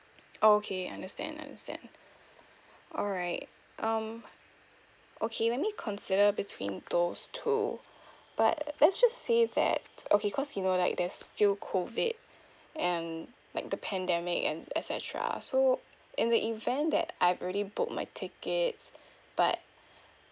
oh okay understand understand alright um okay let me consider between those two but let's just say that okay cause you know like there's still COVID and like the pandemic and et cetera so in the event that I've already booked my tickets but